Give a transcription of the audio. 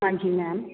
ਹਾਂਜੀ ਮੈਮ